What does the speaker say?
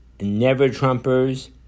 never-Trumpers